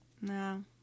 No